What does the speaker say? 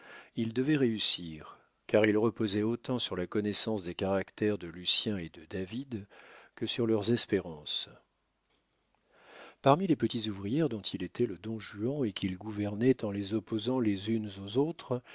il devait réussir car il reposait autant sur la connaissance des caractères de lucien et de david que sur leurs espérances parmi les petites ouvrières dont il était le don juan et qu'il gouvernait en les opposant les unes aux autres